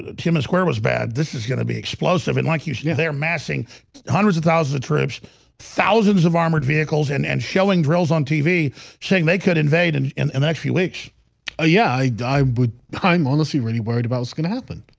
ah tim and square was bad this is gonna be explosive and like you see if they're massing hundreds of thousands of troops thousands of armored vehicles and and showing drills on tv saying they could invade a and and and next few weeks ah yeah, i'd i would i'm honestly really worried about what's gonna happen